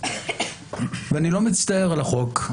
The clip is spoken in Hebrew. אני לא מצטער על החוק.